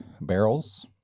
barrels